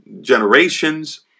generations